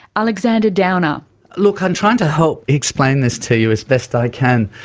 alexander downer look, i'm trying to help explain this to you as best i can.